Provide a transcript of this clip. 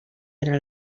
era